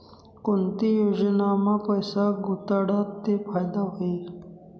कोणती योजनामा पैसा गुताडात ते फायदा व्हई?